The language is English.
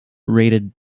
rated